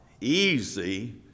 easy